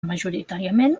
majoritàriament